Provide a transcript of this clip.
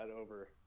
over